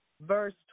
verse